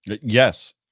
yes